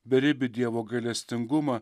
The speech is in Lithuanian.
beribį dievo gailestingumą